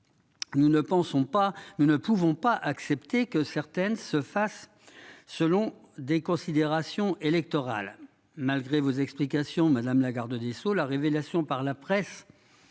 nous ne pouvons pas accepter que certaines se fasse selon des considérations électorales, malgré vos explications, madame la garde des Sceaux, la révélation par la presse